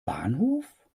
bahnhof